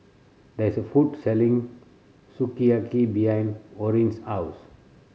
there is a food selling Sukiyaki behind Orrin's house